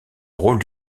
rôle